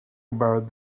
about